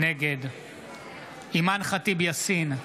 נגד אימאן ח'טיב יאסין,